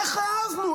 איך העזנו,